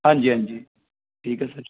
ਹਾਂਜੀ ਹਾਂਜੀ ਠੀਕ ਹੈ ਸਰ